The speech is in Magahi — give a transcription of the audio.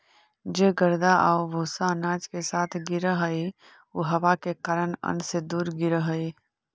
जे गर्दा आउ भूसा अनाज के साथ गिरऽ हइ उ हवा के कारण अन्न से दूर गिरऽ हइ